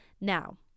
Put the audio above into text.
Now